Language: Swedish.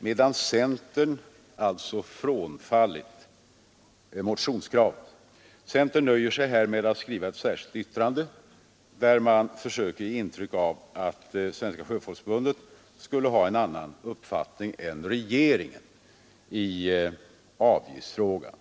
Centern har alltså frånfallit motionskravet och nöjer sig här med att skriva ett särskilt yttrande, där man försöker ge intryck av att Svenska sjöfolksförbundet skulle ha en annan uppfattning än regeringen i avgiftsfrågan.